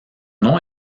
nom